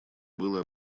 было